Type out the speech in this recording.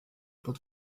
pod